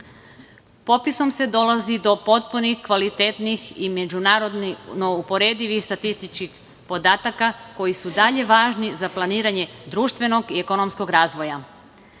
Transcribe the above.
se dolazi do potpunih, kvalitetnih i međunarodno uporedivih statističkih podataka koji su i dalje važni za planiranje društvenog i ekonomskog razvoja.